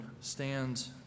stands